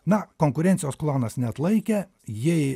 na konkurencijos klonas neatlaikė jei